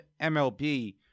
MLB